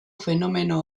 fenomeno